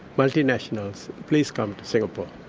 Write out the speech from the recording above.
multinationals please come to singapore.